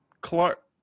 Clark